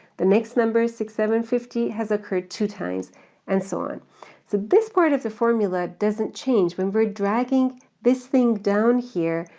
the next number six seven fifty has occurred two times and so on. so this part of the formula doesn't change when we're dragging this thing down here,